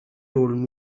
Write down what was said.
told